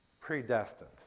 predestined